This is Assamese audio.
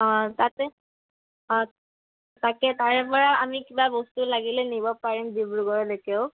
অঁ তাতে অঁ তাকে তাৰে পৰা আমি কিবা বস্তু লাগিলে নিব পাৰিম ডিব্ৰুগড়লৈকেও